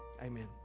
amen